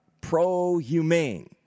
pro-humane